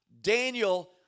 Daniel